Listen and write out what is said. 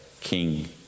king